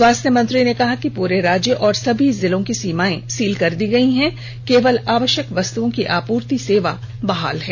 स्वासथ्य मंत्री ने कहा कि पूरे राज्य और सभी जिलों की सीमाओं को सील कर दिया गया है केवल आवश्यक वस्तुओं की आपूर्ति सेवा बहाल है